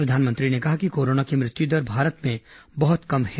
प्रधानमंत्री ने कहा कि कोरोना की मृत्युदर भारत में बहत कम है